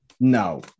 No